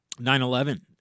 9/11